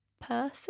person